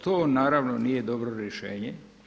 To naravno nije dobro rješenje.